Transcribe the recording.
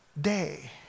day